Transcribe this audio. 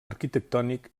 arquitectònic